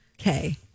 Okay